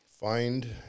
Find